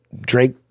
drake